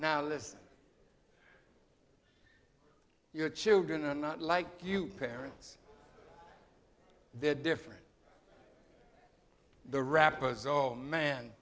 now list your children are not like you parents they're different the rappers oh man